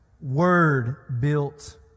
word-built